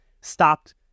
stopped